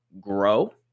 grow